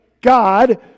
God